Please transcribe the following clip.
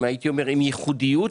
מפותח, הרבה יותר עם ייחודיות